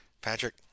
patrick